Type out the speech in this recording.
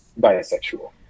bisexual